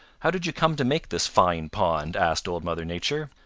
how did you come to make this fine pond? asked old mother nature.